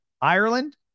Ireland